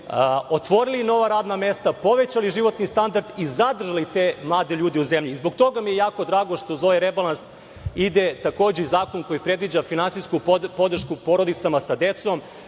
otvorili nova radna mesta, povećali životni standard i zadržali te mlade ljude u zemlji. Zbog toga mi je jako drago što za ovaj rebalans ide takođe i zakon koji predviđa finansijsku podršku porodicama sa decom.